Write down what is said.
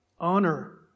honor